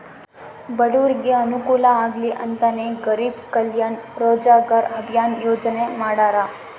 ಬಡೂರಿಗೆ ಅನುಕೂಲ ಆಗ್ಲಿ ಅಂತನೇ ಗರೀಬ್ ಕಲ್ಯಾಣ್ ರೋಜಗಾರ್ ಅಭಿಯನ್ ಯೋಜನೆ ಮಾಡಾರ